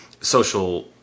social